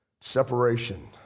separation